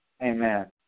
Amen